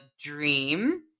dream